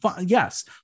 yes